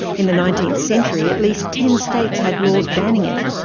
in the nineteenth century at least ten states had laws banning it.